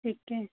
ठीक है